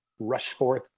Rushforth